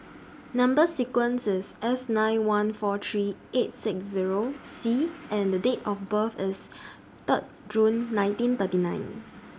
Number sequence IS S nine one four three eight six Zero C and Date of birth IS Third June nineteen thirty nine